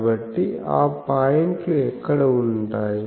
కాబట్టి ఆ పాయింట్లు ఎక్కడ ఉన్నాయి